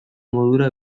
modura